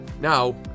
Now